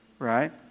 Right